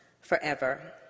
forever